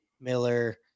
Miller